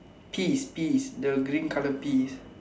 peas peas the green colour peas